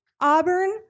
Auburn